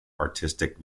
artistic